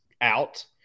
out